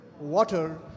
water